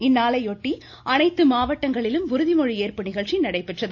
இந்நாளையொட்டி அனைத்து மாவட்டங்களிலும் உறுதிமொழி ஏற்பு நிகழ்ச்சி நடைபெற்றது